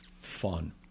fun